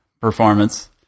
performance